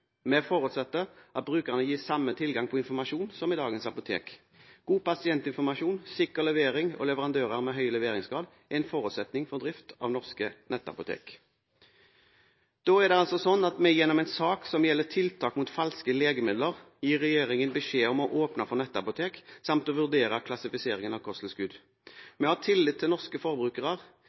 Vi forutsetter at brukerne gis samme tilgang på informasjon som i dagens apotek. God pasientinformasjon, sikker levering og leverandører med høy leveringsgrad er en forutsetning for drift av norske nettapotek. Da er det altså sånn at vi gjennom en sak som gjelder tiltak mot falske legemidler, gir regjeringen beskjed om å åpne for nettapotek samt å vurdere klassifiseringen av kosttilskudd. Vi har hatt tillit til norske forbrukere,